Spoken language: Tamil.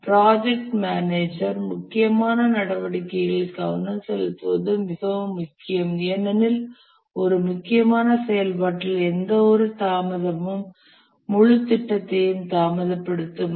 ப்ராஜக்ட் மேனேஜர் முக்கியமான நடவடிக்கைகளில் கவனம் செலுத்துவது மிகவும் முக்கியம் ஏனெனில் ஒரு முக்கியமான செயல்பாட்டில் எந்த தாமதமும் முழு திட்டத்தையும் தாமதப்படுத்தும்